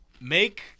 Make